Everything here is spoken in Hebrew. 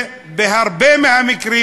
ובהרבה מהמקרים,